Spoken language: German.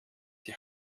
die